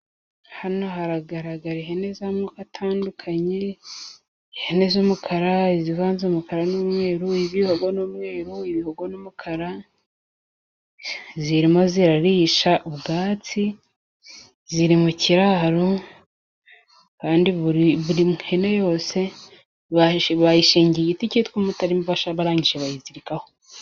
Hano haragaragara ihene z’amoko atandukanye. Ihene z’umukara, izivanze umukara n’umweru, iy'ibibago n’umweru, ibihogo n’umukara, zirimo zirarisha ubwatsi. Ziri mu kiraro kandi buri hene yose bayishingiye igiti cyitwa umutarimbasha, barangije bayizirikaho.